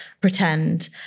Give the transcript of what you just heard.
pretend